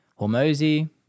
Hormozy